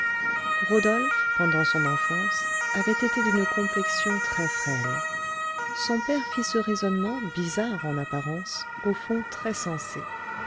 rodolphe pendant son enfance avait été d'une complexion très frêle son père fit ce raisonnement bizarre en apparence au fond très sensé